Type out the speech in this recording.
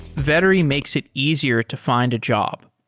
vettery makes it easier to find a job.